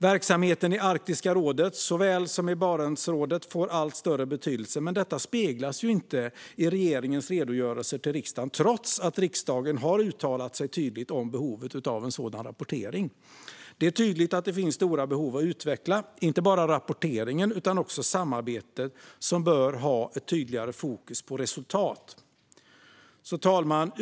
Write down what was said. Verksamheten i såväl Arktiska rådet som Barentsrådet får allt större betydelse, men detta speglas inte i regeringens redogörelser till riksdagen trots att riksdagen har uttalat sig tydligt om behovet av en sådan rapportering. Det är tydligt att det finns stora behov av att utveckla inte bara rapporteringen utan också samarbetet, som bör ha ett tydligare fokus på resultat.